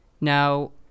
Now